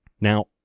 Now